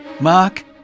mark